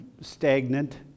stagnant